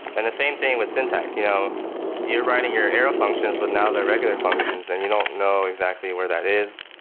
and the same thing with syntax. you know you're writing your arrow functions, but now they're regular functions and you don't know exactly where that is.